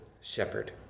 shepherd